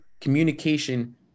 communication